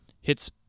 hits